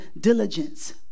diligence